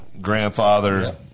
Grandfather